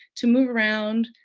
to move around,